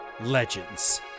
Legends